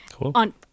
on